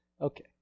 Okay